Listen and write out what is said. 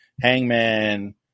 Hangman